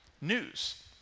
News